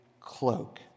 cloak